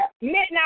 midnight